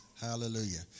Hallelujah